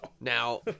Now